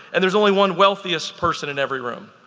and there's only one wealthiest person in every room.